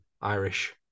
Irish